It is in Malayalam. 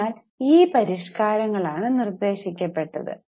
അതിനാൽ ഈ പരിഷ്കാരങ്ങളാണ് നിർദ്ദേശിക്കപ്പെട്ടത്